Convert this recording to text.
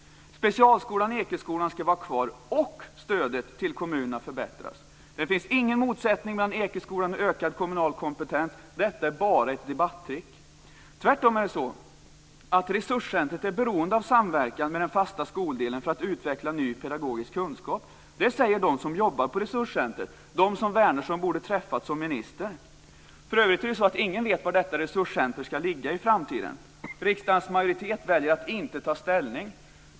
Specialskolan Ekeskolan ska vara kvar och stödet till kommunerna ska förbättras. Det finns ingen motsättning mellan Ekeskolan och ökad kommunal kompetens. Detta är bara ett debattrick. Tvärtom är resurscentret beroende av samverkan med den fasta skoldelen för att man ska kunna utveckla ny pedagogisk kunskap, det säger de som jobbar på resurscentret, de som Wärnersson som minister borde ha träffat. För övrigt är det ingen som vet var detta resurscenter ska ligga i framtiden. Riksdagsmajoriteten väljer att inte ta ställning.